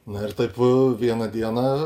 na ir taip v vieną dieną